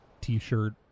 t-shirt